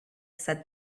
said